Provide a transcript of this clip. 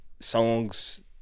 songs